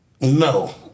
No